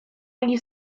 ani